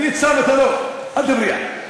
אני אומר, לא כאן נמצאת הבעיה.